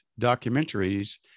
documentaries